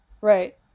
Right